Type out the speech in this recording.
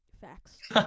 facts